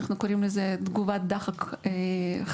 אנחנו קוראים לזה תגובת דחק חריפה,